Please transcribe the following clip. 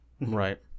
Right